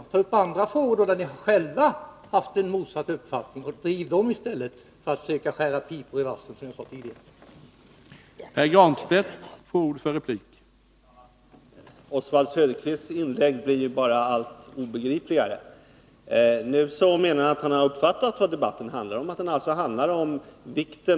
Ta då upp andra frågor, där ni själva haft en motsatt uppfattning, och driv dem, i stället för att försöka skära pipor i vassen, som jag tidigare sade.